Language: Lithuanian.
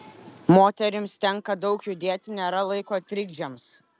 moterims tenka daug judėti nėra laiko trikdžiams